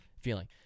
feeling